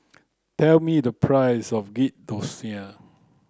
tell me the price of Ghee Thosai